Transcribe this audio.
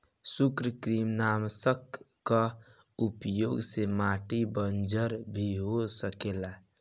सूत्रकृमिनाशक कअ उपयोग से माटी बंजर भी हो सकेला